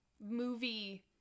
movie